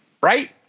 Right